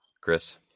Chris